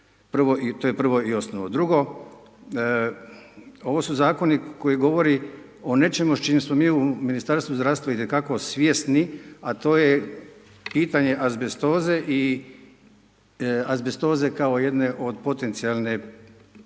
To je prvo i osnovno. Drugo, ovo su zakoni koji govore o nečemu s čim smo mi u Ministarstvu zdravstva itekako svjesni, a to je pitanje azbestoze i azbestoze kao jedne potencijalne prekanceroze.